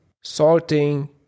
sorting